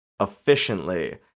efficiently